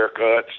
haircuts